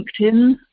LinkedIn